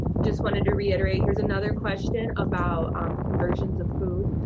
just wanted to reiterate, here's another question about um conversions of food.